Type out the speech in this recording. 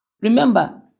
Remember